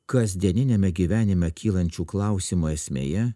kasdieniniame gyvenime kylančių klausimų esmėje